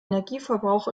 energieverbrauch